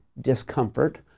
discomfort